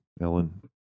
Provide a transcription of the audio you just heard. Ellen